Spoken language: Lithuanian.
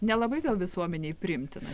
nelabai gal visuomenėj priimtina